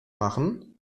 machen